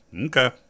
okay